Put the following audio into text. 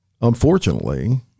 Unfortunately